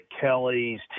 Kelly's